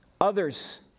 others